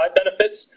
benefits